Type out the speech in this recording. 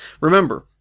Remember